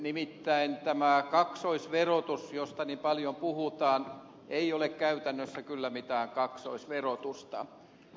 nimittäin tämä kaksoisverotus josta niin paljon puhutaan ei ole käytännössä kyllä mitään kaksoisverotusta